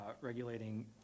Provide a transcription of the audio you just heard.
regulating